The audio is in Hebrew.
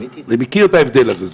אני מכיר את ההבדל הזה,